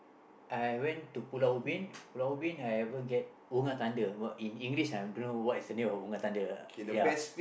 I went to Pulau-Ubin Pulau-Ubin I ever get unga tanda but in English I don't know what is the name of unga tanda ah ya